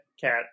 cat